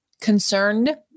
concerned